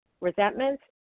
resentments